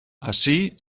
ací